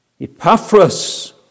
Epaphras